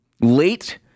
Late